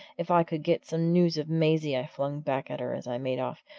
if i could get some news of maisie! i flung back at her as i made off.